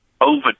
over